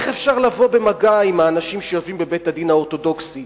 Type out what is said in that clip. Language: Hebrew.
איך אפשר לבוא במגע עם האנשים שיושבים בבית-הדין האורתודוקסי.